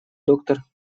доктор